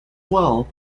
well